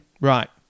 Right